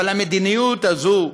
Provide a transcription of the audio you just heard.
המדיניות הזאת,